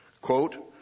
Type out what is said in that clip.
Quote